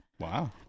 Wow